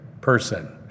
person